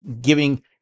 giving